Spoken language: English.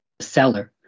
seller